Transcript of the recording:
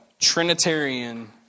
trinitarian